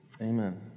Amen